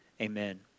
amen